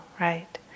right